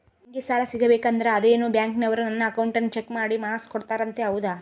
ನಂಗೆ ಸಾಲ ಸಿಗಬೇಕಂದರ ಅದೇನೋ ಬ್ಯಾಂಕನವರು ನನ್ನ ಅಕೌಂಟನ್ನ ಚೆಕ್ ಮಾಡಿ ಮಾರ್ಕ್ಸ್ ಕೋಡ್ತಾರಂತೆ ಹೌದಾ?